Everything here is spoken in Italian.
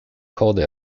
coda